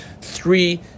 three